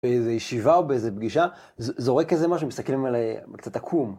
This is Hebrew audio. באיזה ישיבה או באיזה פגישה, זורק איזה משהו, מסתכלים על קצת עקום.